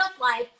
life